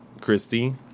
Christy